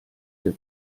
der